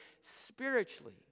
spiritually